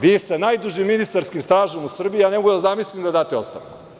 Vi, sa najdužim ministarskim stažom u Srbiji, ne mogu da zamislim da date ostavku.